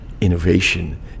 innovation